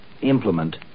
implement